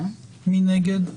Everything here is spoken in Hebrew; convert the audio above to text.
מי נגד?